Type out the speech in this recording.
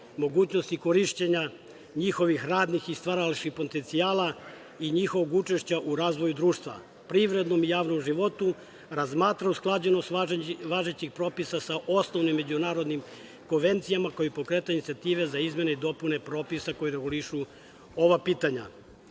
mogućnosti korišćenja njihovih radnih i stvaralačkih potencijala i njihovog učešća u razvoju društva, privrednom i javnom životu, razmatra usklađenost važećih propisa sa osnovnim međunarodnim konvencijama, koje pokreću inicijative za izmene i dopune propisa koja regulišu ova pitanja. Imam